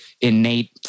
innate